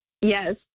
Yes